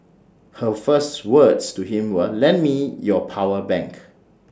her first words to him were lend me your power bank